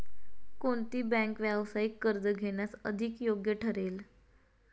कोणती बँक व्यावसायिक कर्ज घेण्यास अधिक योग्य ठरेल?